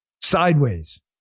Sideways